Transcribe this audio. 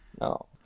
no